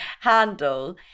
handle